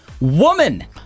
Woman